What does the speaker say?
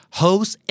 host